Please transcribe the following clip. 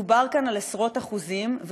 מדובר כאן על עשרות אחוזים.